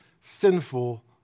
sinful